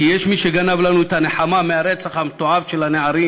כי יש מי שגנב לנו את הנחמה מהרצח המתועב של הנערים,